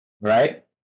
right